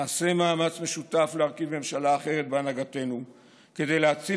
נעשה מאמץ משותף להרכיב ממשלה אחרת בהנהגתנו כדי להציל